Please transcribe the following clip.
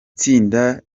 tsinda